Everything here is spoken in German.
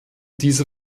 diese